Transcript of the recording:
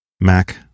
mac